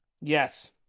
Yes